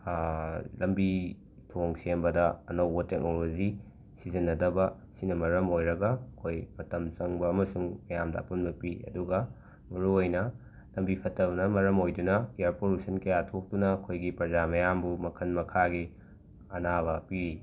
ꯂꯝꯕꯤ ꯊꯣꯡ ꯁꯦꯝꯕꯗ ꯑꯅꯧꯕ ꯇꯦꯛꯅꯣꯂꯣꯖꯤ ꯁꯤꯖꯟꯅꯗꯕ ꯑꯁꯤꯅ ꯃꯔꯝ ꯑꯣꯏꯔꯒ ꯑꯩꯈꯣꯏ ꯃꯇꯝ ꯆꯪꯕ ꯑꯃꯁꯨꯡ ꯃꯌꯥꯝꯗ ꯑꯄꯟꯕ ꯄꯤ ꯑꯗꯨꯒ ꯃꯔꯨꯑꯣꯏꯅ ꯂꯝꯕꯤ ꯐꯠꯇꯕꯅ ꯃꯔꯝ ꯑꯣꯏꯗꯨꯅ ꯑꯦꯌꯥꯔ ꯄꯣꯂꯨꯁꯟ ꯀꯌꯥ ꯊꯣꯛꯇꯨꯅ ꯑꯩꯈꯣꯏꯒꯤ ꯄ꯭ꯔꯖꯥ ꯃꯌꯥꯝꯕꯨ ꯃꯈꯟ ꯃꯈꯥꯒꯤ ꯑꯅꯥꯕ ꯄꯤ